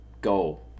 Go